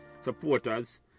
supporters